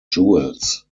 jewels